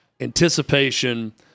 anticipation